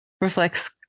reflects